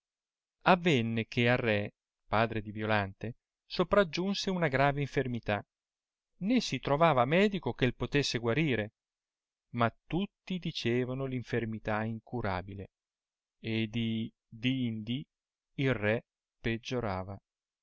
avenne che al ke padre di violante sopraggiunse una grave infermità né si trovava medico che potesse guarire ma tutti dicevano l infermità incurabile e di